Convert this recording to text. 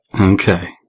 Okay